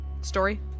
Story